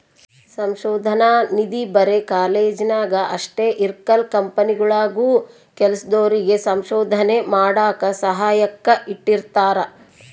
ಸಂಶೋಧನಾ ನಿಧಿ ಬರೆ ಕಾಲೇಜ್ನಾಗ ಅಷ್ಟೇ ಇರಕಲ್ಲ ಕಂಪನಿಗುಳಾಗೂ ಕೆಲ್ಸದೋರಿಗೆ ಸಂಶೋಧನೆ ಮಾಡಾಕ ಸಹಾಯಕ್ಕ ಇಟ್ಟಿರ್ತಾರ